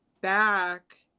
back